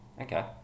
Okay